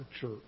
church